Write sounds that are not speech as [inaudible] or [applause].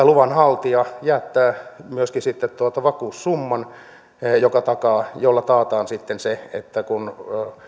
[unintelligible] luvanhaltija jättää myöskin vakuussumman jolla taataan sitten se että jos näitä paikkoja ei ennallisteta kun